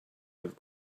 i’ve